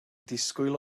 disgwyl